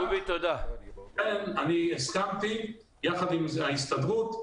לכן אני הסכמתי יחד עם ההסתדרות,